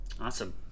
awesome